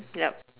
yup